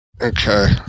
Okay